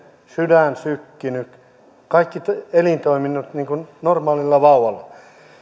sydän sykkinyt kaikki elintoiminnot niin kuin normaalilla vauvalla